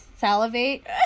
salivate